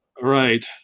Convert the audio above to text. Right